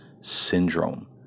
syndrome